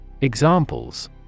Examples